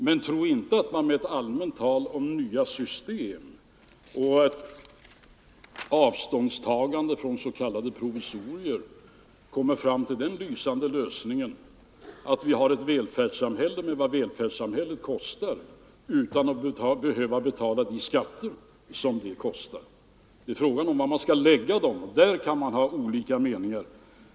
Men tro inte att man med ett allmänt tal om nya system och ett avståndstagande från s.k. provisorier kommer fram till den lysande lösningen att vi har ett välfärdssamhälle med vad välfärdssamhället kostar utan att behöva betala de skatter som det kostar! Det är fråga om var man skall lägga dem — härvidlag kan man ha olika meningar.